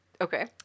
Okay